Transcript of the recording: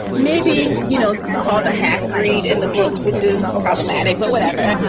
maybe you know called a half breed in the book, which is problematic, but whatever,